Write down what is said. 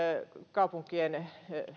kaupunkien